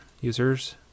users